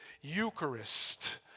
Eucharist